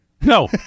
No